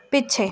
ਪਿੱਛੇ